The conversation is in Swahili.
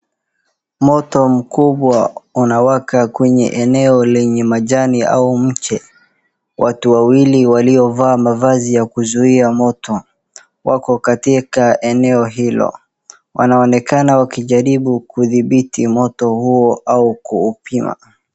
Moto mkubwa unawaka kwenye eneo lenye majani au mche ,watu wawili waliovaa mavazi ya kuzuia moto wako katika eneo hilo , wanaoneka wakijaribu kuudhibiti moto huo au kuupima.